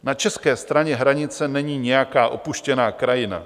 Na české straně hranice není nějaká opuštěná krajina.